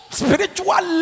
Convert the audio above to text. spiritual